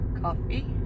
Coffee